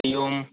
हरिः ओम्